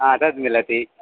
ह तद् मिलति